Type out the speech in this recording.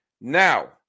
Now